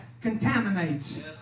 contaminates